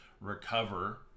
recover